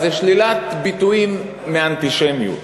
שאילת ביטויים מאנטישמיות